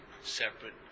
separate